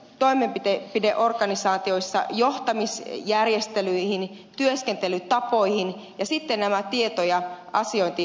toimenpiteet videoorganisaatioissa johtamis järjestelyihin toimenpideorganisaatioissa johtamisjärjestelyihin työskentelytapoihin ja sitten näihin tieto ja asiointi hallintojärjestelmiin